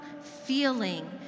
feeling